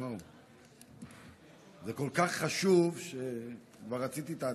זה כל כך חשוב שכבר רציתי את ההצבעה.